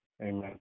Amen